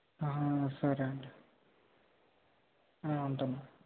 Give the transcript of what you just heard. ఆహా సరే అండి ఉంటాను